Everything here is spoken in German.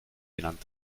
genannt